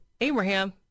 abraham